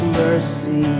mercy